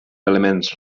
elements